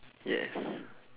yes